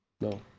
No